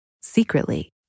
secretly